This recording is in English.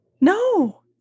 No